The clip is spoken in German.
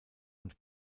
und